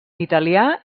italià